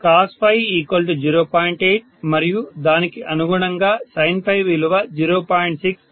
8 మరియు దానికి అనుగుణంగా sin విలువ 0